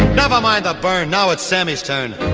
never mind the bar. now it's sammy's turn.